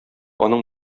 аның